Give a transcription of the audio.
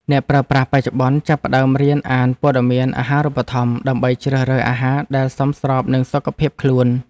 អ្នកប្រើប្រាស់បច្ចុប្បន្នចាប់ផ្តើមរៀនអានព័ត៌មានអាហារូបត្ថម្ភ ដើម្បីជ្រើសរើសអាហារដែលសមស្របនឹងសុខភាពខ្លួន។